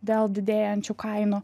dėl didėjančių kainų